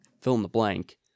fill-in-the-blank